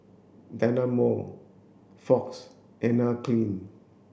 Dynamo Fox Anne Klein